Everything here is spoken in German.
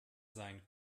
sein